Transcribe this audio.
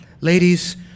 Ladies